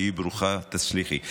תהיי ברוכה, תצליחי.